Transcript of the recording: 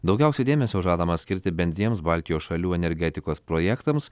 daugiausiai dėmesio žadama skirti bendriems baltijos šalių energetikos projektams